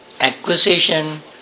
acquisition